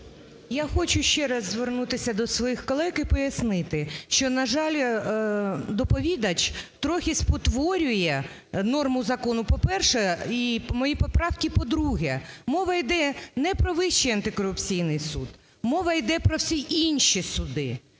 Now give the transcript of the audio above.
Я хочу ще раз звернутися до своїх колег і пояснити, що, на жаль, доповідач трохи спотворює норму закону, по-перше, і мої поправки, по-друге. Мова йде не про Вищий антикорупційний суд. Мова йде про всі інші суди.